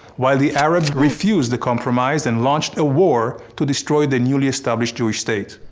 while the arabs refused the compromise and launched a war to destroy the newly established jewish state.